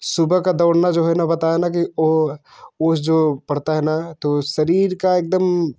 सुबह का दौड़ना जो है ना बताया ना कि वो ओस जो पड़ता है ना तो शरीर का एक दम